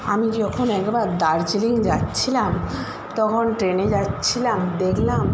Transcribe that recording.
আমি যখন একবার দার্জিলিং যাচ্ছিলাম তখন ট্রেনে যাচ্ছিলাম দেখলাম